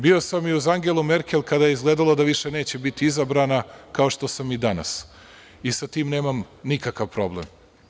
Bio sam i uz Angelu Merkel kada je izgledalo da više neće biti izabrana, kao što sam i danas i sa tim nemam nikakav problem.